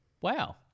Wow